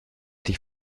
dich